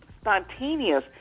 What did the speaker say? spontaneous